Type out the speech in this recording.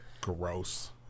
Gross